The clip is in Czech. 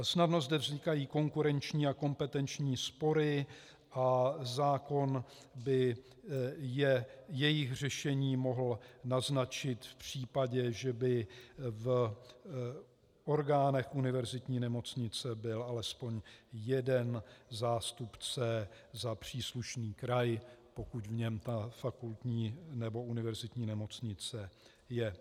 Snadno zde vznikají konkurenční a kompetenční spory a zákon by jejich řešení mohl naznačit v případě, že by v orgánech univerzitní nemocnice byl alespoň jeden zástupce za příslušný kraj, pokud v něm fakultní nebo univerzitní nemocnice je.